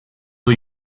new